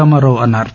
రామారావు అన్నారు